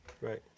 Right